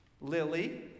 Lily